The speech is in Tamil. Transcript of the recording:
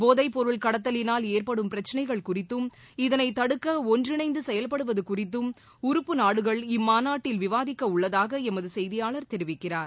போதைப் பொருள் கடத்தலினால் ஏற்படும் பிரச்சனைகள் குறித்தும் இதனைத் தடுக்க ஒன்றிணைந்து செயல்படுவது குறித்தும் உறுப்பு நாடுகள் இம்மாநாட்டில் விவாதிக்க உள்ளதாக எமது செய்தியாளர் தெரிவிக்கிறார்